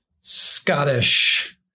Scottish